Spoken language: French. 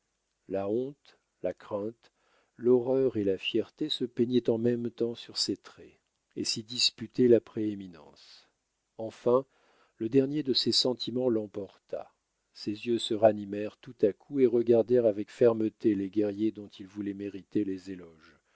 la honte la crainte l'horreur et la fierté se peignaient en même temps sur ses traits et s'y disputaient la prééminence enfin le dernier de ces sentiments l'emporta ses yeux se ranimèrent tout à coup et regardèrent avec fermeté les guerriers dont il voulait mériter les éloges